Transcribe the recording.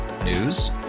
news